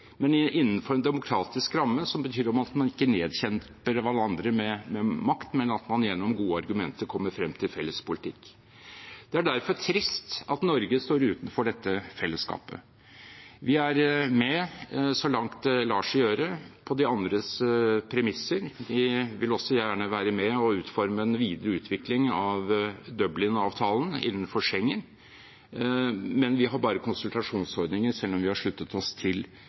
innenfor en demokratisk ramme som betyr at man ikke nedkjemper alle andre med makt, men at man gjennom gode argumenter kommer frem til felles politikk. Det er derfor trist at Norge står utenfor dette fellesskapet. Vi er med, så langt det lar seg gjøre, på de andres premisser. Vi vil også gjerne være med og utforme en videre utvikling av Dublinavtalen innenfor Schengen, men vi har bare konsultasjonsordninger selv om vi har sluttet oss til